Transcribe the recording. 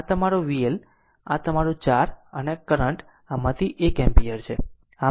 આમ તમારું VL તમારું 4 અને કરંટ આમાંથી 1 એમ્પાયર છે